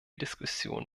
diskussion